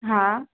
हा